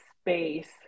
space